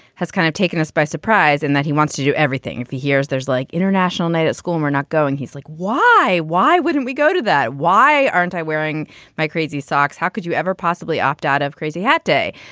has kind of taken us by surprise and that he wants to do everything if he hears there's like international night at school, we're not going. he's like, why? why wouldn't we go to that? why aren't i wearing my crazy socks? how could you ever possibly opt out of crazy hat day?